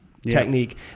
Technique